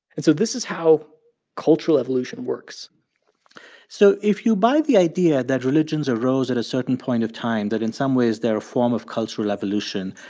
and so this is how cultural evolution works so if you buy the idea that religions arose at a certain point of time, that in some ways they're a form of cultural evolution,